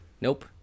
nope